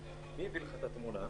מי בעד אישור התקנות ירים את ידו.